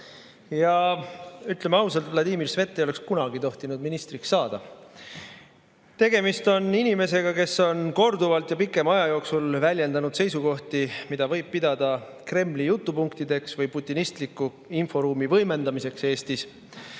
Ütleme ausalt, Vladimir Svet ei oleks kunagi tohtinud ministriks saada. Tegemist on inimesega, kes on korduvalt ja pikema aja jooksul väljendanud seisukohti, mida võib pidada Kremli jutupunktideks või putinistliku inforuumi võimendamiseks Eestis.